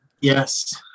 Yes